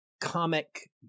comic